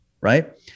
right